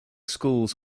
schools